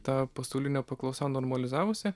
ta pasaulinė paklausa normalizavosi